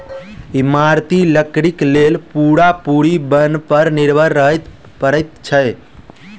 इमारती लकड़ीक लेल पूरा पूरी बन पर निर्भर रहय पड़ैत छै